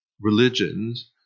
religions